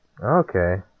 Okay